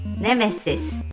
Nemesis